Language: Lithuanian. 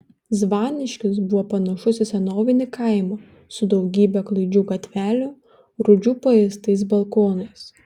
zvaniškis buvo panašus į senovinį kaimą su daugybe klaidžių gatvelių rūdžių paėstais balkonais